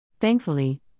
Thankfully